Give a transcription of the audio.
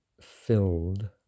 filled